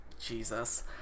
Jesus